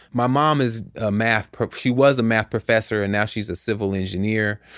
my mom is a math, she was a math professor and now she's a civil engineer.